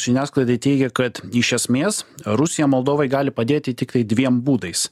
žiniasklaidai teigė kad iš esmės rusija moldovai gali padėti tiktai dviem būdais